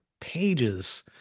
pages